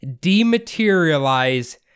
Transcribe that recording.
dematerialize